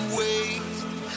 wait